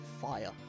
fire